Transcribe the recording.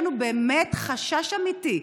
שלגביהן יש לנו באמת חשש אמיתי: